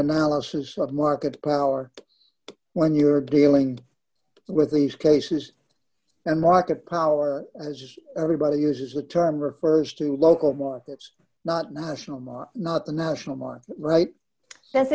analysis of market power when you are dealing with these cases and market power as everybody uses the term refers to local markets not national ma not the national one right that's